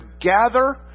gather